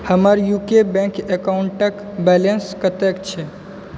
हमर UCO bank अकाउन्टके balance कतेक छै